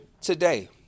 today